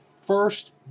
first